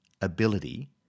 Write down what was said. ability